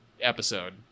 episode